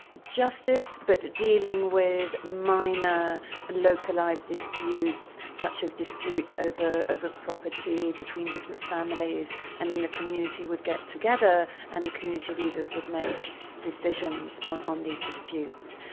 justice but dealing with minor localised disputes such as disputes over over property between different families, and then the community would get together and then the community leaders would make decisions on on these disputes.